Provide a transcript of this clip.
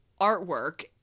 artwork